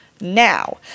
now